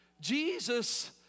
Jesus